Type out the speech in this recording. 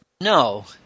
No